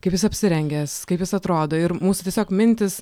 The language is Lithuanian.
kaip jis apsirengęs kaip jis atrodo ir mūsų tiesiog mintys